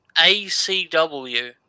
ACW